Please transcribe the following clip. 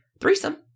threesome